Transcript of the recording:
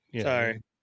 sorry